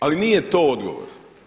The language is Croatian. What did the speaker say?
Ali nije to odgovor.